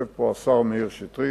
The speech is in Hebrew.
יושב פה השר לשעבר מאיר שטרית,